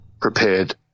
prepared